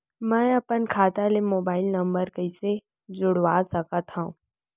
मैं अपन खाता ले मोबाइल नम्बर कइसे जोड़वा सकत हव?